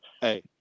Hey